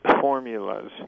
formulas